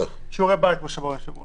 שיעורי בית כמו שאמר היושב ראש.